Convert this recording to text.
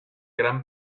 gran